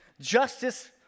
justice